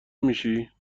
میشی